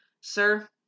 sir